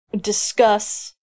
discuss